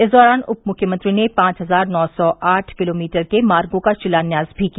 इस दौरान उप मुख्यमंत्री ने पांच हज़ार नौ सौ आठ किलोमीटर के मार्गो का शिलान्यास भी किया